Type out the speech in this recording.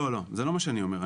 לא, זה לא מה שאני אומר.